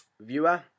viewer